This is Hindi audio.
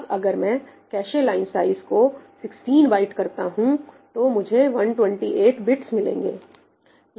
अब अगर मैं कैशे लाइन साइज को 16 बाइट करता हूंतो मुझे 128 बिट्स मिलेंगे